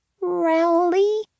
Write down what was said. Rowley